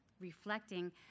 reflecting